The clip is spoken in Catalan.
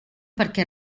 perquè